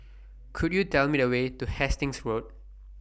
Could YOU Tell Me The Way to Hastings Road